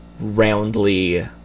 roundly